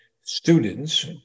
students